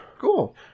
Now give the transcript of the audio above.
Cool